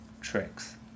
tricks